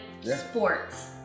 sports